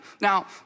Now